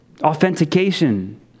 Authentication